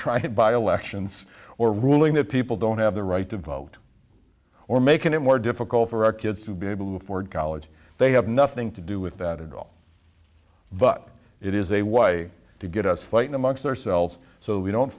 lections or ruling that people don't have the right to vote or making it more difficult for our kids to be able to afford college they have nothing to do with that at all but it is a way to get us fighting amongst ourselves so we don't